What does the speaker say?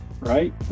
right